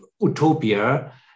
utopia